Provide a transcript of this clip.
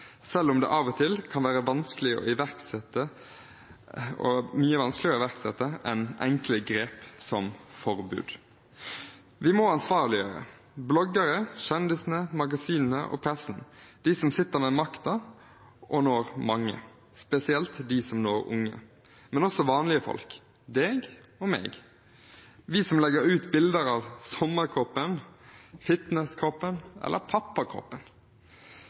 selv om det av og til kan være mye vanskeligere å iverksette enn enkle grep som forbud. Vi må ansvarliggjøre bloggerne, kjendisene, magasinene og pressen, dem som sitter med makten og når mange, spesielt dem som når unge, men også vanlige folk, deg og meg, vi som legger ut bilder av sommerkroppen, fitnesskroppen eller